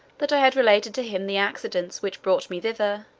that i had related to him the accidents which brought me thither